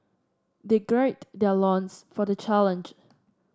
they gird their loins for the challenge